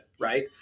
Right